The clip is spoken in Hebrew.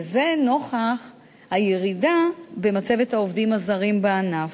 וזה נוכח הירידה במצבת העובדים הזרים בענף.